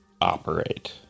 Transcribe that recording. operate